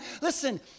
Listen